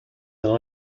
than